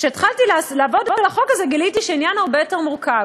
כשהתחלתי לעבוד על החוק הזה גיליתי שהעניין הרבה יותר מורכב.